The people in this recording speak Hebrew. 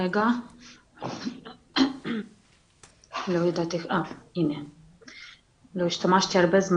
אני יהודייה ואמא שלי ואחותי גם כולן יהודיות,